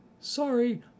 sorry